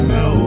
no